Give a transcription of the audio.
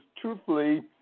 Truthfully